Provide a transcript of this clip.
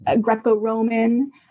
Greco-Roman